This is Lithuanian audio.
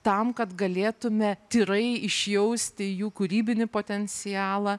tam kad galėtume tyrai išjausti jų kūrybinį potencialą